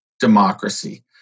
democracy